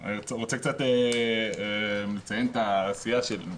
אני רוצה קצת לציין את העשייה שלנו,